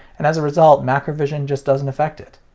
and as a result macrovision just doesn't affect it.